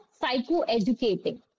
psycho-educating